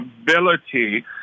ability